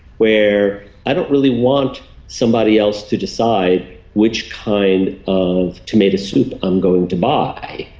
where i don't really want somebody else to decide which kind of tomato soup i'm going to buy,